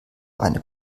eine